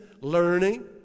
learning